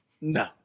no